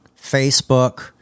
facebook